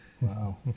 Wow